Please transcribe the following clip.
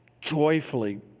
joyfully